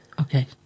Okay